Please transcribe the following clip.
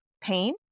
pain